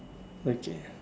okay